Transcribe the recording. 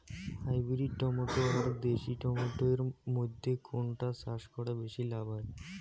Hybrid tomato আর দেশি tomato এর মইধ্যে কোনটা চাষ করা বেশি লাভ হয়?